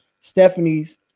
Stephanie's